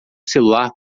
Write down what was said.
celular